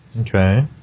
Okay